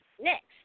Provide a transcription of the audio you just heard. Next